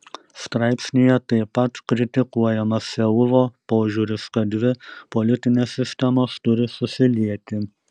straipsnyje taip pat kritikuojamas seulo požiūris kad dvi politinės sistemos turi susilieti